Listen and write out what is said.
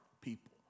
people